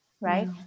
right